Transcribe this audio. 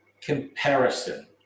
comparison